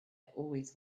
always